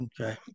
Okay